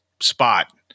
spot